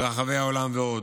מרחבי העולם ועוד.